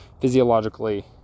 physiologically